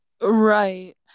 right